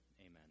Amen